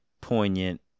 poignant